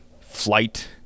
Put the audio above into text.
flight